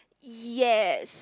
yes